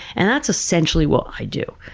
and that's essentially what i do.